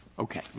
okay.